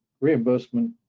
reimbursement